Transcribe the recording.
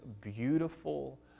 beautiful